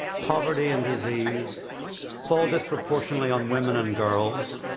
poverty and disease fall disproportionately on women and girls.